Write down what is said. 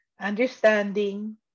understanding